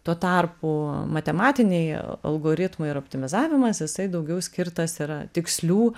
tuo tarpu matematiniai algoritmai ir optimizavimas jisai daugiau skirtas yra tikslių